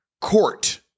court